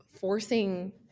forcing